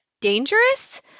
dangerous